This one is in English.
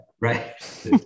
right